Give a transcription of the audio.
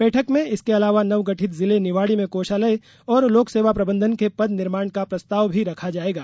बैठक में इसके अलावा नवगठित जिले निवाड़ी में कोषालय और लोकसेवा प्रबंधन के पद निर्माण का प्रस्ताव भी रखा जायेगा